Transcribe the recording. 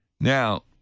Now